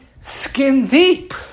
skin-deep